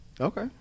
Okay